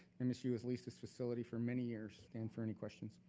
and msu has leased this facility for many years. stand for any questions?